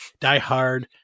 diehard